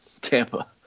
Tampa